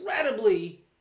incredibly